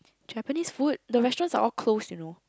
Japanese food the restaurants are all close you know